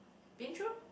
been through